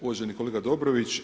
Uvaženi kolega Dobrović.